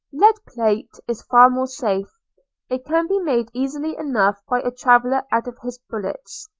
lead plate is far more safe it can be made easily enough by a traveller out of his bullets.